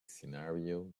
scenario